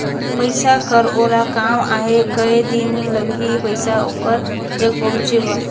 पइसा कर ओला काम आहे कये दिन लगही पइसा ओकर जग पहुंचे बर?